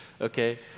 okay